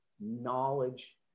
knowledge